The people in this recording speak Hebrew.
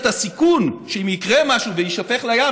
הסיכון שאם יקרה משהו ויישפך לים,